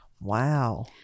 Wow